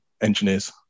engineers